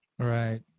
Right